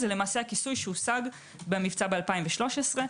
זה הכיסוי שהושג במבצע ב-2013.